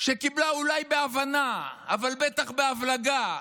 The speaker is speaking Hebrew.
שקיבלה אולי בהבנה, בטח בהבלגה,